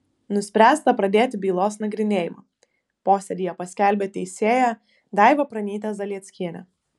nuspręsta pradėti bylos nagrinėjimą posėdyje paskelbė teisėja daiva pranytė zalieckienė